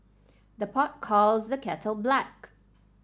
the pot calls the kettle black